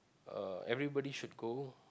uh everybody should go